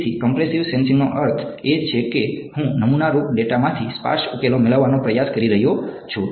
તેથી ક્મ્પ્રેસ્સીવ સેન્સિંગનો અર્થ છે કે હું નમૂનારૂપ ડેટામાંથી સ્પાર્સ ઉકેલો મેળવવાનો પ્રયાસ કરી રહ્યો છું